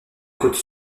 côte